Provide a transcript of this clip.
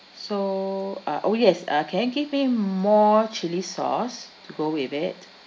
so uh oh yes uh can you give me more chili sauce to go with it